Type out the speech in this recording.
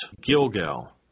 Gilgal